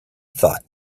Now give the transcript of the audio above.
thought